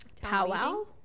powwow